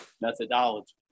methodology